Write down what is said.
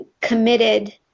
committed